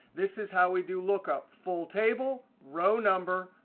this is how we do lookup, full table, row number,